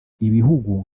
ibihugu